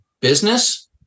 business